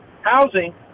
housing